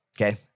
okay